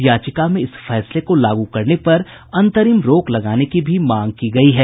याचिका में इस फैसले को लागू करने पर अंतरिम रोक लगाने की भी मांग की गई है